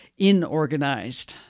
inorganized